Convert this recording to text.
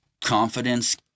confidence